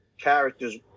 characters